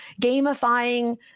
gamifying